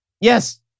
Yes